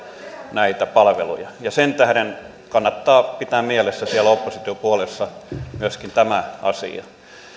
näitä palveluja sen tähden kannattaa pitää mielessä siellä oppositiopuolueissa myöskin tämä asia